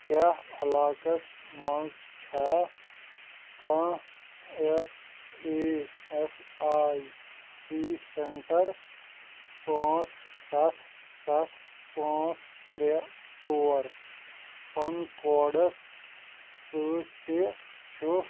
کیٚاہ علاقَس منٛز چھا کانٛہہ S A S I C centre پانٛژھ سَتھ سَتھ پٲنٛژھ ترٛےٚ ژور پن کوڈَس سۭتی تہ چُھ